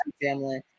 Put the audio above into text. family